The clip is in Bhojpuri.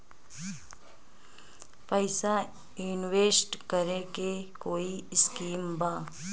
पैसा इंवेस्ट करे के कोई स्कीम बा?